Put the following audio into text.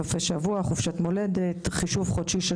סופי שבוע וחופשת מולדת; חישוב חודשי של